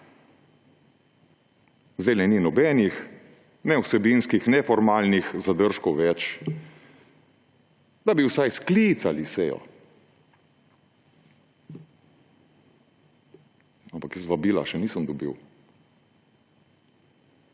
Zdaj ni nobenih, ne vsebinskih ne formalnih zadržkov več, da bi vsaj sklicali sejo. Ampak jaz vabila še nisem dobil.